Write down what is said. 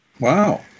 Wow